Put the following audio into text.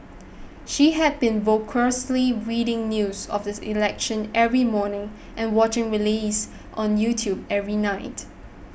she had been voraciously reading news of the election every morning and watching rallies on YouTube every night